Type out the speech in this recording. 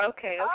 Okay